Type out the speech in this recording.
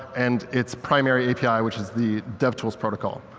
and it's prime api, which is the devtools protocol.